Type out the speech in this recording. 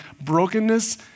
Brokenness